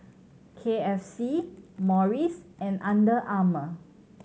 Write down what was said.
K F C Morries and Under Armour